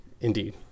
indeed